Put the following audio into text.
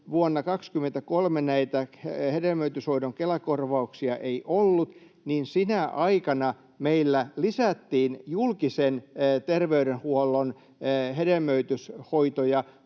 vuonna 23 näitä hedelmöityshoidon Kela-korvauksia ei ollut, niin sinä aikana meillä lisättiin julkisen terveydenhuollon hedelmöityshoitoja